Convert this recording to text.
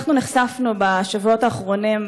אנחנו נחשפנו בשבועות האחרונים,